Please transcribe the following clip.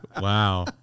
wow